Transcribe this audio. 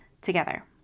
together